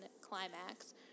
climax